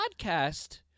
podcast